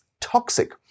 toxic